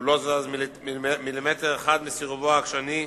הוא לא זז מילימטר אחד מסירובו העקשני.